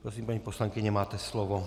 Prosím, paní poslankyně, máte slovo.